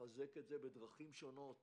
נחזק את זה בדרכים שונות